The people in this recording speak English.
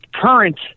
current